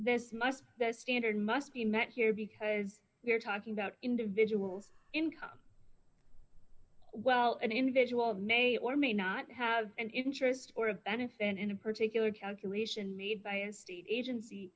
there's much that standard must be met here because we're talking about individual income well an individual may or may not have an interest or a benefit in a particular calculation made by as agency